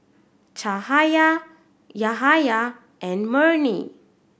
Cahaya Yahaya and Murni